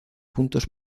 puntos